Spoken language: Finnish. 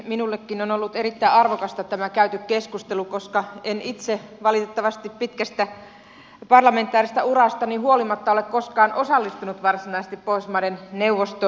minullekin on ollut erittäin arvokasta tämä käyty keskustelu koska en itse valitettavasti pitkästä parlamentaarisesta urastani huolimatta ole koskaan osallistunut varsinaisesti pohjoismaiden neuvoston työskentelyyn